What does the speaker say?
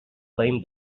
blame